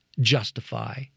justify